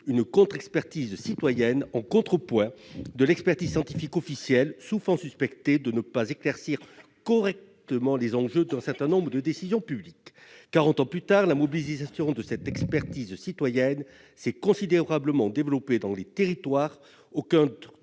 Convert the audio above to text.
une expertise citoyenne en contrepoint de l'expertise scientifique officielle, souvent suspectée de ne pas éclaircir correctement les enjeux d'un certain nombre de décisions publiques. Quarante ans plus tard, la mobilisation de cette expertise citoyenne s'est considérablement développée dans les territoires,